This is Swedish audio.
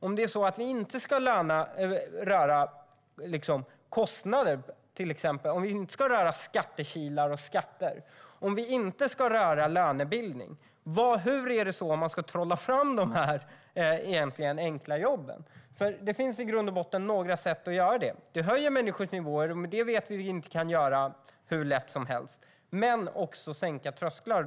Om vi inte ska röra kostnader, skattekilar och skatter och om vi inte ska röra lönebildning - hur ska man då egentligen trolla fram de enkla jobben? Det finns i grund och botten några sätt att göra detta på: Vi höjer människors nivåer, och det vet vi att vi inte kan göra hur lätt som helst. Vi kan också sänka trösklar.